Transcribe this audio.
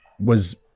was-